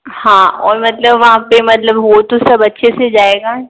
हाँ और मतलब वहाँ पे मतलब हो तो सब अच्छे से जाएगा